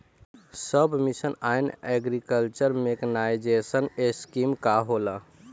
सब mission on agriculture mechanisation scheme का होला?